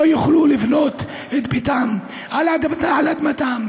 לא יוכלו לבנות את ביתם על אדמתם,